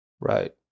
right